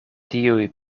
tiuj